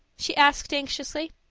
she asked anxiously.